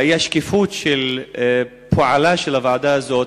לאי-השקיפות בפועלה של הוועדה הזאת,